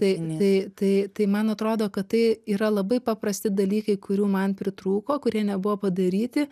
tai tai tai tai man atrodo kad tai yra labai paprasti dalykai kurių man pritrūko kurie nebuvo padaryti